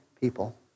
people